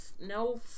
no